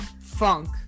funk